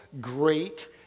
great